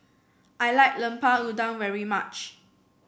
I like Lemper Udang very much